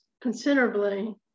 considerably